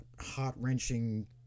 heart-wrenching